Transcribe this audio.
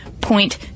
point